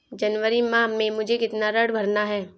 जनवरी माह में मुझे कितना ऋण भरना है?